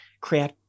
create